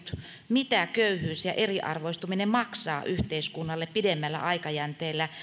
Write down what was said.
mitä köyhyys ja eriarvoistuminen maksaa yhteiskunnalle pidemmällä aikajänteellä